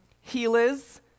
healers